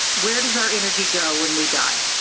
where does our energy go when we die?